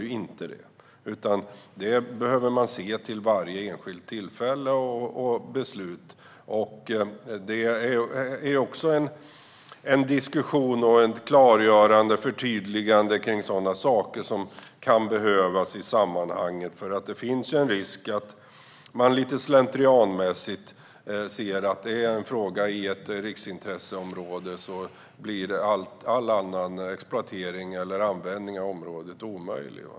Det innebär det inte, utan man får se på detta vid varje enskilt tillfälle och beslut. Det kan behövas en diskussion, ett klargörande och ett förtydligande i sammanhanget kring sådana saker. Det finns nämligen en risk för att man lite slentrianmässigt, när det gäller ett område som är riksintresse, tror att all annan exploatering eller användning av området är omöjlig.